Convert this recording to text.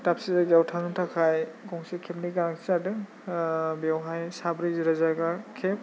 दावबसे जायगायाव थांनो थाखाय गंसे केबनि गोनांथि जादों बेवहाय साब्रै जिरायजाग्रा केब